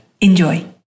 Enjoy